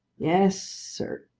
yes, sir.